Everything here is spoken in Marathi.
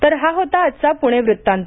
तर हा होता आजचा पुणे वृत्तांत